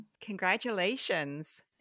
Congratulations